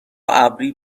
ابری